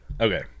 Okay